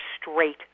straight